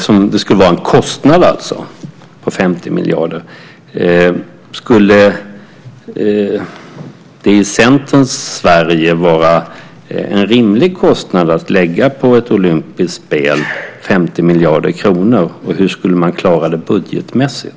Det skulle alltså vara en kostnad på 50 miljarder. Skulle 50 miljarder kronor i Centerns Sverige vara en rimlig kostnad att lägga på ett olympiskt spel, och hur skulle man klara det budgetmässigt?